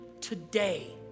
today